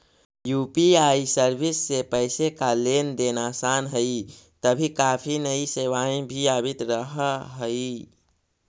UPI service से पैसे का लेन देन आसान हई तभी काफी नई सेवाएं भी आवित रहा हई